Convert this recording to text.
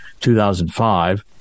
2005